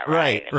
right